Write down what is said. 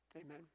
Amen